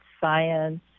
science